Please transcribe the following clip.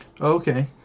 Okay